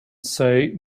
say